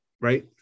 right